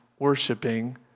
Worshipping